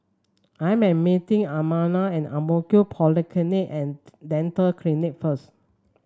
I am meeting Imanol at Ang Mo Kio Polyclinic And Dental Clinic first